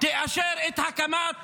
תאשר הקמת